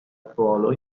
polo